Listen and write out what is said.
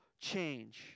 change